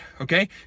okay